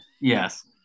Yes